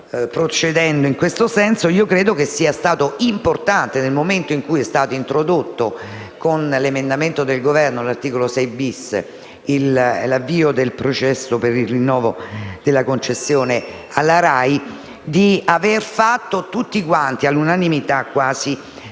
procedendo in questo senso e io credo sia stato importante, nel momento in cui è stato introdotto, dall'emendamento del Governo, l'articolo 6-*bis* recante l'avvio del processo per il rinnovo della concessione alla RAI, aver fatto tutti (quasi all'unanimità) questo